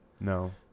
No